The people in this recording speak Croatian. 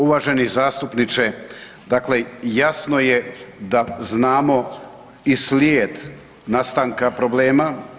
Uvaženi zastupniče dakle jasno je da znamo i slijed nastanka problema.